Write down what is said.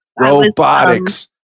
robotics